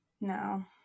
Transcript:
No